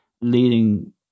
leading